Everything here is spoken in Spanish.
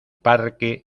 parque